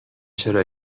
چرا